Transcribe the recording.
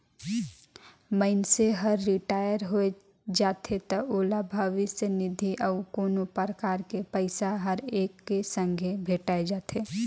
मइनसे हर रिटायर होय जाथे त ओला भविस्य निधि अउ कोनो परकार के पइसा हर एके संघे भेंठाय जाथे